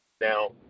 Now